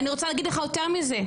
אני רוצה להגיד לך יותר מזה,